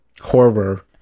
horror